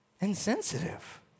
insensitive